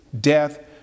death